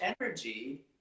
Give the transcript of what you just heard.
energy